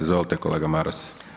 Izvolite kolega Maras.